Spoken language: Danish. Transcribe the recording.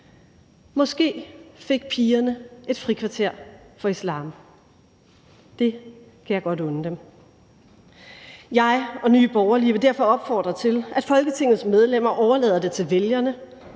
Måske fik pigerne et frikvarter fra islam. Det kan jeg godt unde dem. Kl. 15:30 Jeg og Nye Borgerlige vil derfor opfordre til, at Folketingets medlemmer overlader det til vælgerne